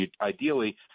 Ideally